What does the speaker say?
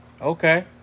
Okay